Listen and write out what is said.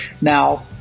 Now